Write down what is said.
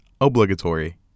Obligatory